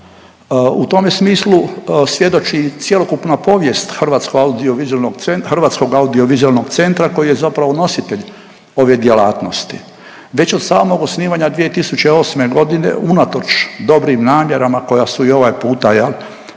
U tome smislu svjedoči cjelokupna povijest Hrvatskog audiovizualnog centra koji je zapravo nositelj ove djelatnosti. Već od samog osnivanja 2008.g. unatoč dobrim namjerama koja su i ovaj puta jel